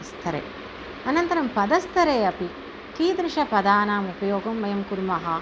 स्तरे अनन्तरं पदस्तरे अपि कीदृशपदानाम् उपयोगं वयं कुर्मः